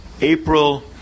April